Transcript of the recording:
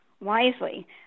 wisely